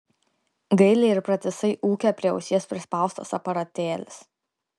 gailiai ir pratisai ūkia prie ausies prispaustas aparatėlis